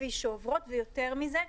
ויותר מזה,